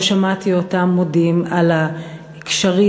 לא שמעתי אותם מודים על הקשרים,